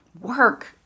work